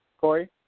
Corey